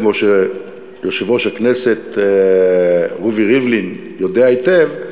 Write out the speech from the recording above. כמו שיושב-ראש הכנסת רובי ריבלין יודע היטב,